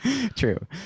True